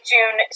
June